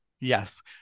Yes